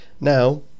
Now